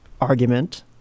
argument